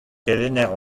kelenner